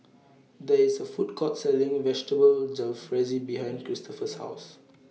There IS A Food Court Selling Vegetable Jalfrezi behind Cristofer's House